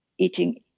Eating